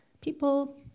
people